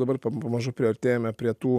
dabar pam pamažu priartėjome prie tų